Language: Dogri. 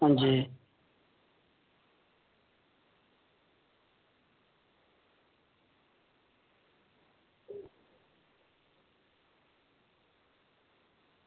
हां जी